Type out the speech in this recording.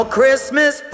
Christmas